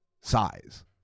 size